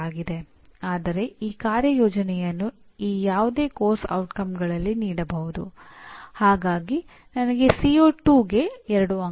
ಮತ್ತು ವಿದ್ಯಾರ್ಥಿಗಳು ಮಾಡುವಾಗ ಅಥವಾ ಪ್ರದರ್ಶನ ನೀಡಿದಾಗ ಅವರು ಮಾಡುವ ಯಾವುದೇ ಕಾರ್ಯವು ಗಮನಿಸಬಹುದಾದ ಮತ್ತು ಅಂದಾಜುವಿಕೆ ಮಾಡುವಂತೆ ಇರಬೇಕು